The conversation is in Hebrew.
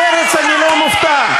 מרצ, אני לא מופתע.